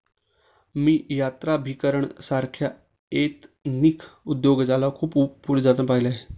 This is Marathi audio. मी यात्राभिकरण सारख्या एथनिक उद्योगाला खूप पुढे जाताना पाहिले आहे